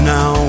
Now